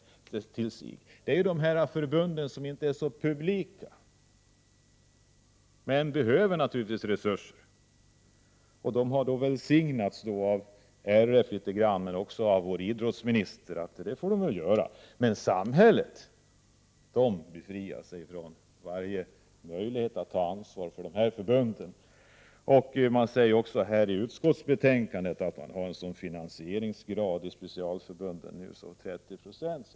Dessa förbund är inte så publika, men de behöver naturligtvis resurser. De har då i sina strävanden välsignats litet grand av RF och även av vår idrottsminister, men samhället befriar sig från varje möjlighet att ta ansvar för dessa förbund. Prot. 1988/89:91 I utskottsbetänkandet sägs att man i specialförbunden har en finansieringsgrad av 30 90.